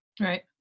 Right